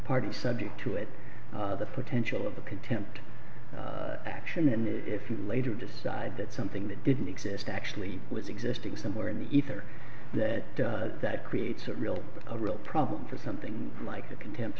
party subject to it the potential of the contempt action and if you later decide that something that didn't exist actually was existing somewhere in the ether that does that creates a real a real problem for something like the contempt